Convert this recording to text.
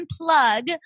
unplug